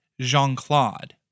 Jean-Claude